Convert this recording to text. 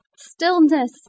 stillness